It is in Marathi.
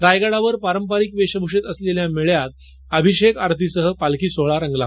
रायगडावर पारंपरिक वेषभूशेत असलेल्या मेळ्यात अभिषेक आरतीसह पालखी सोहळा रंगला